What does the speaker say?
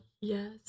Yes